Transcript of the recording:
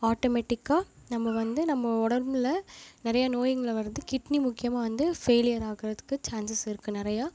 ஆட்டோமேட்டிக்காக நம்ம வந்து நம்ம உடம்புல நிறைய நோய்கள வருது கிட்னி முக்கியமாக வந்து ஃபெய்லியர் ஆகிறதுக்கு சான்சஸ் இருக்குது நிறையா